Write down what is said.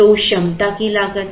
तो उस क्षमता की लागत